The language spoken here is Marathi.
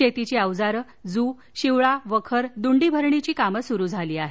शेतीची आवजार जू शिवळा वखर दुंडी भरणीची काम सुरू झाली आहेत